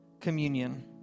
communion